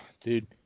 dude